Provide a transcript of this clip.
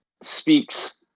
speaks